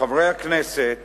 לחברי הכנסת